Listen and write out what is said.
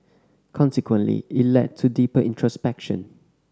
consequently it led to deeper introspection